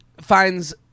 finds